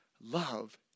Love